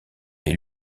les